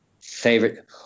Favorite